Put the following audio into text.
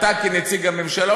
אתה כנציג הממשלה,